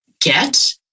get